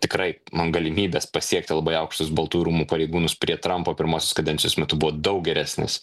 tikrai man galimybės pasiekti labai aukštus baltųjų rūmų pareigūnus prie trampo pirmosios kadencijos metu buvo daug geresnis